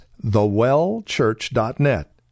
thewellchurch.net